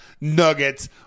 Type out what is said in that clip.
nuggets